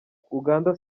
uganda